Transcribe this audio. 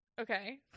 Okay